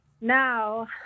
now